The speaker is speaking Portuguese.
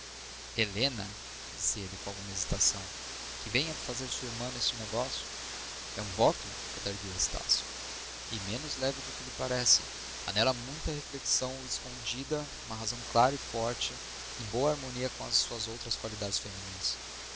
helena disse ele com alguma hesitação que vem fazer sua irmã neste negócio é um voto redargüiu estácio e menos leve do que lhe parece há nela muita reflexão escondida uma razão clara e forte em boa harmonia com as suas outras qualidades feminis